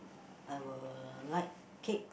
I will like cake